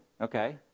okay